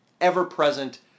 ever-present